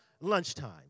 lunchtime